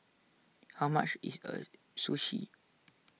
how much is a Sushi